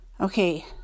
Okay